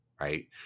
Right